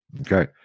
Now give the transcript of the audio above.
Okay